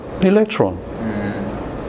Electron